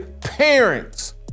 Parents